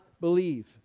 believe